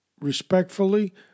respectfully